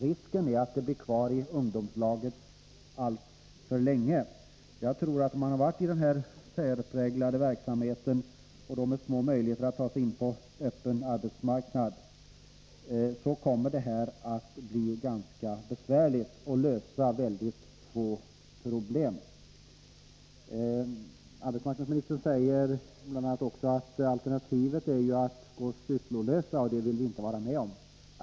Risken är att de blir kvar i ungdomslagen alltför länge. För den som har varit i den särpräglade verksamheten och har små möjligheter att ta sig in på öppen arbetsmarknad kommer ungdomslagen att lösa mycket få problem. Arbetsmarknadsministern säger bl.a. också att alternativet är att ungdomarna går sysslolösa, och det vill regeringen inte vara med om.